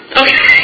okay